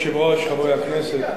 אדוני היושב-ראש, חברי הכנסת,